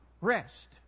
Rest